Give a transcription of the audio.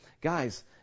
Guys